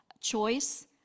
choice